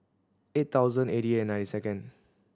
eight thousand eighty eight nine second